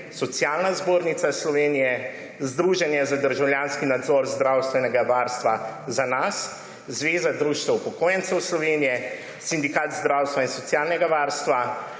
Socialna zbornica Slovenija, Združenje za državljanski nadzor zdravstvenega varstva ZaNas, Zveza društev upokojencev Slovenije, Sindikat zdravstva in socialnega varstva,